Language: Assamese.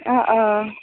অঁ অঁ